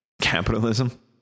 capitalism